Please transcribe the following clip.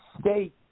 state